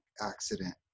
accident